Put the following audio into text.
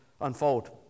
unfold